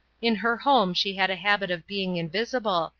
in her home she had a habit of being invisible,